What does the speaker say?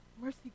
Mercy